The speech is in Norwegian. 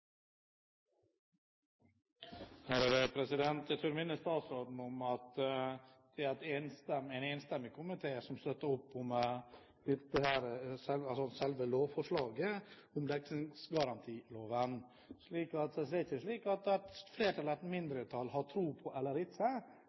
enige om. Jeg tror jeg må minne statsråden om at det er en enstemmig komité som støtter opp om selve forslaget til endringer i dekningsloven. Det er ikke slik at det er henholdsvis et flertall og et mindretall som har tro på dette eller